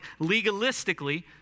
legalistically